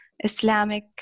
islamic